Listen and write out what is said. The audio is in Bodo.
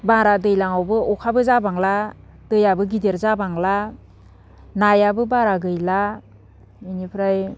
बारा दैज्लाङावबो अखाबो जाबांला दैयाबो गिदिर जाबांला नायाबो बारा गैला बेनिफ्राय